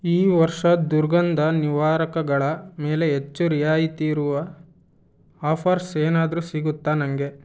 ಈ ವರ್ಷ ದುರ್ಗಂಧ ನಿವಾರಕಗಳ ಮೇಲೆ ಹೆಚ್ಚು ರಿಯಾಯಿತಿಯಿರುವ ಆಫರ್ಸ್ ಏನಾದರೂ ಸಿಗತ್ತಾ ನನಗೆ